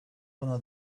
buna